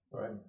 Right